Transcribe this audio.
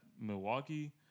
Milwaukee